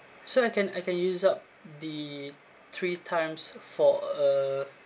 so I can I can use up the three times for a